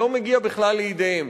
לא מגיע בכלל לידיהם.